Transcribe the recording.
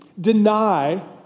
deny